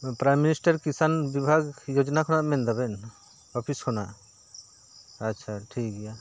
prime minister Kisan ᱵᱤᱵᱷᱟᱜᱽ ᱡᱳᱡᱚᱱᱟ ᱠᱷᱚᱱᱟᱜ ᱢᱮᱱ ᱫᱟᱵᱮᱱ ᱚᱯᱷᱤᱥ ᱠᱷᱚᱱᱟᱜ ᱟᱪᱪᱷᱟ ᱴᱷᱤᱠ ᱜᱮᱭᱟ